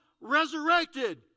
resurrected